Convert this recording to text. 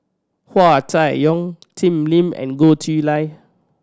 Hua Chai Yong Jim Lim and Goh Chiew Lye